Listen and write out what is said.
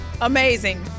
Amazing